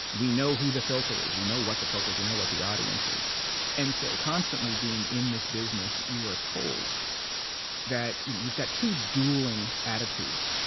we know who the filter is, we know what the filter is, we know what the audience is. and so, constantly, being in this business, you are told that you've got two dueling attitudes.